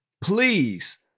please